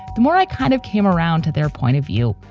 the more i kind of came around to their point of view.